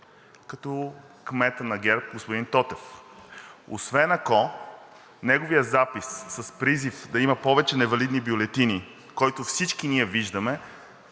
като кмета на ГЕРБ – господин Тотев – освен ако неговият запис с призив да има повече невалидни бюлетини, който всички ние виждаме,